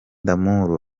d’amour